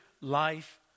Life